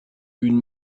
une